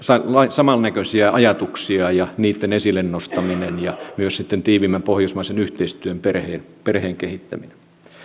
samannäköisiä ajatuksia ja tärkeää on niitten esille nostaminen ja myös sitten tiiviimmän pohjoismaisen yhteistyön perheen perheen kehittäminen